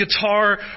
guitar